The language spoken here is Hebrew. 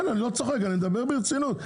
אני מדבר ברצינות.